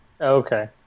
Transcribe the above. Okay